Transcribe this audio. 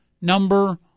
number